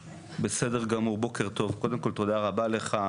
בסדר גמור בוקר טוב, קודם כל תודה רבה לך.